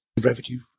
Revenue